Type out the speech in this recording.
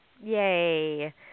Yay